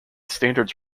standards